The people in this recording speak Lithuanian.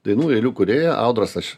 dainų eilių kūrėja audros aš